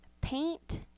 paint